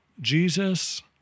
Jesus